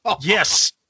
Yes